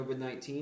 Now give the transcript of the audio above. COVID-19